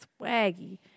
Swaggy